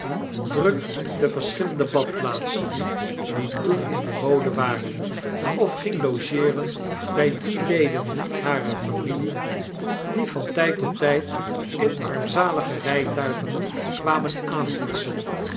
druk de verschillende badplaatsen die toen in de mode waren of ging logeeren bij die leden harer familie die van tyd tot tyd in armzalige rijtuigen kwamen aanhotsen